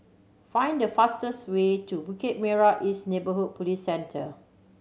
find the fastest way to Bukit Merah East Neighbourhood Police Centre